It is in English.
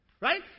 right